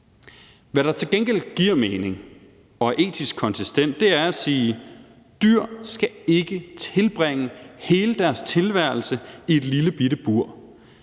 Hvad der til gengæld giver mening og er etisk konsistent, er at sige, at dyr ikke skal tilbringe hele deres tilværelse i et lillebitte bur.